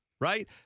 Right